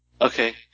Okay